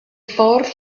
ffordd